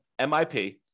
MIP